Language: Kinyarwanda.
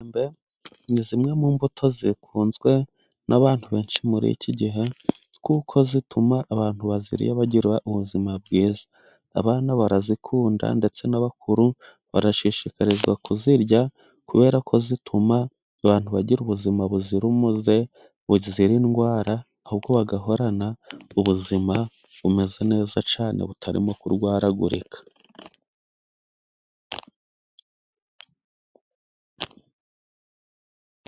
Imyembe ,ni zimwe mu mbuto zikunzwe n'abantu benshi muri iki gihe, kuko zituma abantu baziriye bagira ubuzima bwiza. Abana barazikunda, ndetse n'abakuru barashishikarizwa kuzirya, kubera ko zituma abantu bagira ubuzima buzira umuze, buzira indwara, ahubwo bagahorana ubuzima bumeze neza cyane butarimo kurwaragurika.